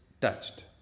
touched